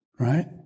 right